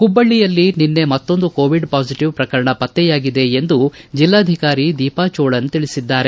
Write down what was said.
ಹುಬ್ಬಳ್ಳಿಯಲ್ಲಿ ನಿನ್ನೆ ಮತ್ತೊಂದು ಕೋವಿಡ್ ಪಾಸಿಟವ್ ಪ್ರಕರಣ ಪತ್ತೆಯಾಗಿದೆ ಎಂದು ಜಿಲ್ಲಾಧಿಕಾರಿ ದೀಪಾ ಚೋಳನ್ ತಿಳಿಸಿದ್ದಾರೆ